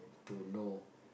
to know